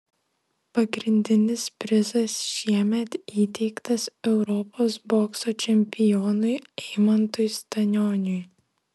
pagrindinis prizas šiemet įteiktas europos bokso čempionui eimantui stanioniui